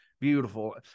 beautiful